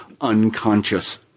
unconscious